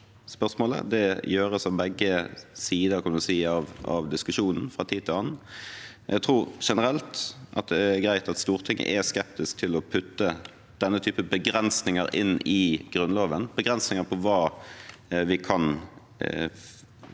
Det gjøres av begge sider av diskusjonen, kan man si, fra tid til annen. Jeg tror generelt det er greit at Stortinget er skeptisk til å putte denne type begrensninger inn i Grunnloven – begrensninger av hva vi kan